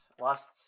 lost